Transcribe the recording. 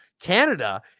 Canada